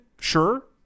Sure